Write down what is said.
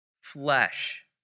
flesh